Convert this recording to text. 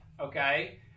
okay